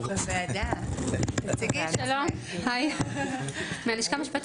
תחילתה של הדרך הייתה בתכנית עיר ללא אלימות שפותחה